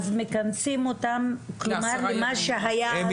אז מכנסים אותם למה שהיה ההצעה הקודמת,